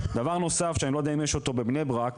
דבר נוסף שאני לא יודע אם יש אותו בבני ברק,